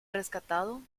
rescatado